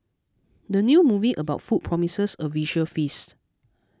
the new movie about food promises a visual feast